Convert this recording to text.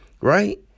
Right